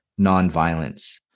nonviolence